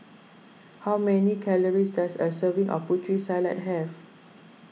how many calories does a serving of Putri Salad have